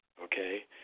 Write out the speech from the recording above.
okay